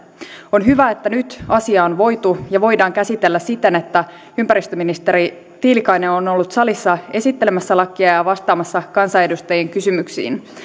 on hyvä että nyt asiaa on voitu ja voidaan käsitellä siten että ympäristöministeri tiilikainen on on ollut salissa esittelemässä lakia ja ja vastaamassa kansanedustajien kysymyksiin